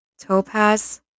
topaz